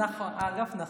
נכון.